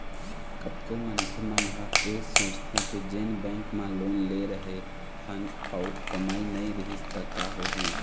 कतको मनखे मन ह ऐ सोचथे के जेन बेंक म लोन ले रेहे हन अउ कमई नइ रिहिस त का होही